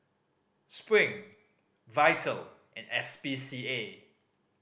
Spring Vital and S P C A